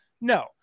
No